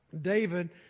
David